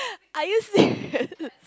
are you serious